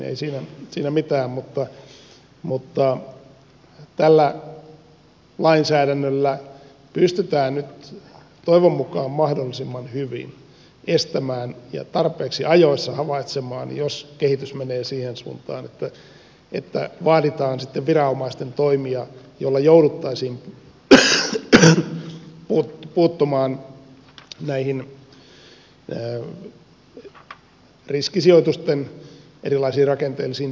ei siinä mitään mutta tällä lainsäädännöllä pystytään nyt toivon mukaan mahdollisimman hyvin estämään ja tarpeeksi ajoissa havaitsemaan jos kehitys menee siihen suuntaan että vaaditaan sitten viranomaisten toimia joilla jouduttaisiin puuttumaan näihin riskisijoitusten erilaisiin rakenteellisiin tekijöihin